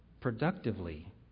productively